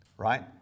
Right